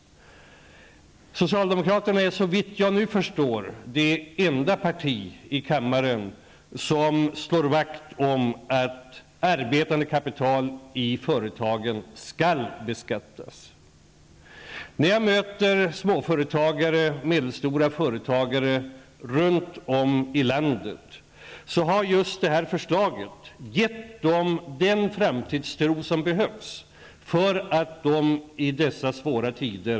Socialdemokraterna är, såvitt jag förstår, det enda parti i kammaren som slår vakt om att arbetande kapital i företagen skall beskattas.